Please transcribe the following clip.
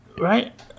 right